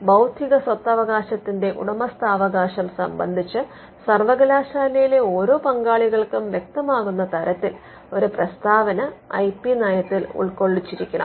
അതിനാൽ ബൌദ്ധിക സ്വത്തവകാശത്തിന്റെ ഉടമസ്ഥാവകാശം സംബന്ധിച്ച് സർവ്വകലാശാലയിലെ ഓരോ പങ്കാളികൾക്കും വ്യക്തമാകുന്ന തരത്തിൽ ഒരു പ്രസ്താവന ഐ പി നയത്തിൽ ഉൾക്കൊള്ളിക്കണം